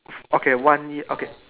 okay one year okay